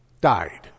died